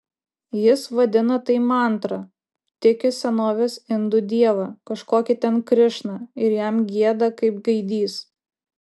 jis vadina tai mantra tiki senovės indų dievą kažkokį ten krišną ir jam gieda kaip gaidys